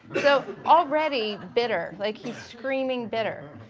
so already bitter, like he's screaming bitter.